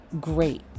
great